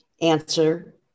answer